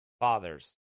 fathers